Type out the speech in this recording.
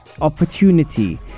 opportunity